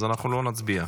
אז אנחנו לא נצביע.